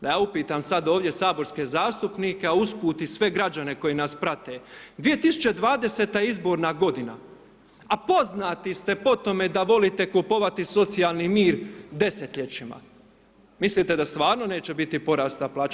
Da ja upitam sad ovdje saborske zastupnike a usput i sve građane koji nas prate, 2020. je izborna godina a poznati ste po tome da volite kupovati socijalni mir desetljećima, mislite da stvarno neće biti porasta plaća?